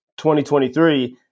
2023